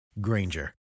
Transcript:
granger